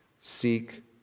seek